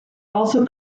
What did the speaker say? also